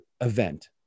event